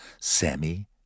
Sammy